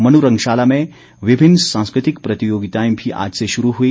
मनुरंगशाला में विभिन्न सांस्कृतिक प्रतियोगिताएं भी आज से शुरू हुई